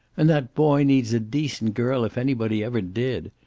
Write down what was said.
and that boy needs a decent girl, if anybody ever did.